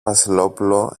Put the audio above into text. βασιλόπουλο